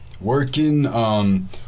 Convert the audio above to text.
Working